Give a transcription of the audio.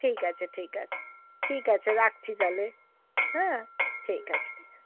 ঠিক আছে ঠিক আছে ঠিক আছে রাখছি তালে হ্যাঁ ঠিক আছে ঠিক আ